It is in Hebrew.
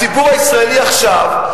הציבור הישראלי עכשיו,